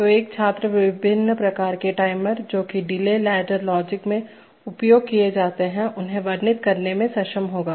तो एक छात्र विभिन्न प्रकार के टाइमर जोकि डिले लैडर लॉजिक में उपयोग किए जाते हैं उन्हें वर्णित करने में सक्षम होगा